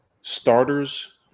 starters